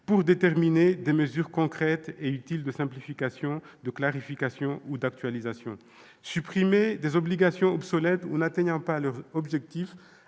-pour déterminer des mesures concrètes et utiles de simplification, de clarification ou d'actualisation. Supprimer des obligations obsolètes ou n'atteignant pas leur objectif,